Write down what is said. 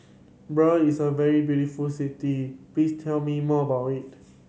Bern is a very beautiful city please tell me more about it